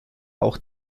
auch